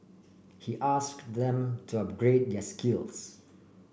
he ask them to upgrade their skills